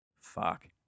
fuck